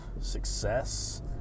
Success